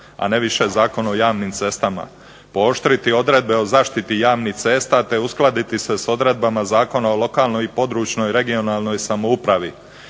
a ne više Zakon o javnim cestama, pooštriti odredbe o zaštiti javnih cesta te uskladiti se s odredbama Zakona o lokalnoj i područnoj (regionalnoj) samoupravi